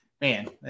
Man